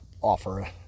offer